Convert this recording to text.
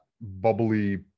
bubbly